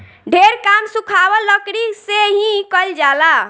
ढेर काम सुखावल लकड़ी से ही कईल जाला